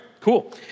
cool